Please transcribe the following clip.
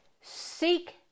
seek